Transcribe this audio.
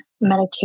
meditation